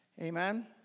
Amen